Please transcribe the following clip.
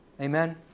Amen